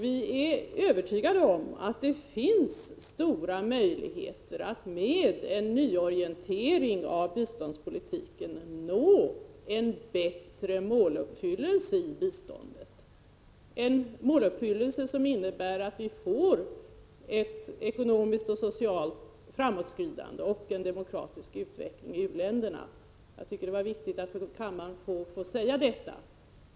Vi är övertygade om att det finns stora möjligheter att med en nyorientering av biståndspolitiken nå en bättre måluppfyllelse av biståndet, en måluppfyllelse som innebär att vi får ett ekonomiskt och socialt framåtskridande och en demokratisk utveckling i u-länderna. Jag tycker att det var viktigt att till kammaren få säga detta.